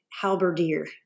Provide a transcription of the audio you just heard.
halberdier